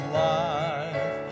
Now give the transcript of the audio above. life